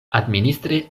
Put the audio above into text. administre